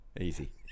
easy